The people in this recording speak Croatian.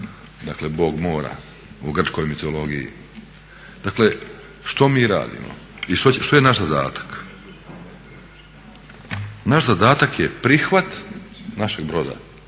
dakle Bog mora po grčkoj mitologiji. Dakle, što mi radimo, što je naš zadatak? Naš zadatak je prihvat našeg broda